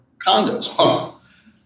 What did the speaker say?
condos